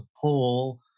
Paul